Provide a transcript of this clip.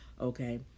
okay